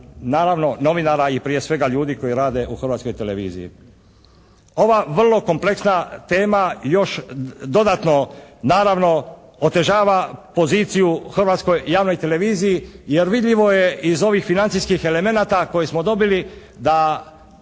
naravno novinara i prije svega ljudi koji rade u Hrvatskoj televiziji. Ova vrlo kompleksna tema još dodatno naravno otežava poziciju Hrvatskoj javnoj televiziji jer vidljivo je iz ovih financijskih elemenata koje smo dobili da